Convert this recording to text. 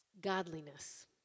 godliness